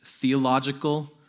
theological